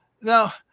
now